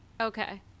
okay